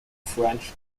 french